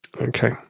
Okay